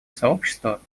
сообщество